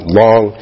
long